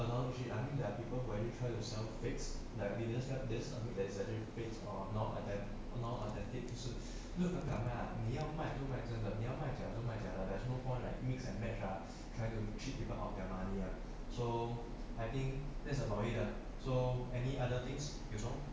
that they didn't step this I mean that is actually fake or not or non authentic 就是那个敢感冒卖你要卖多 mountain that 你要卖 dazzled my dad or there's no point like mix and match are trying to cheat people of their money ah so I think that's about it ah so any other things you as long